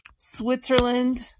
Switzerland